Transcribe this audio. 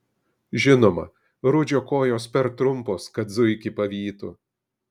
žinoma rudžio kojos per trumpos kad zuikį pavytų